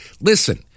Listen